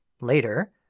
Later